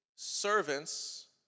servants